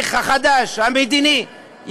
ההליך המדיני החדש,